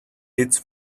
its